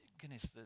goodness